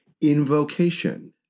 invocation